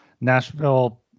Nashville